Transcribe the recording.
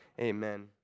amen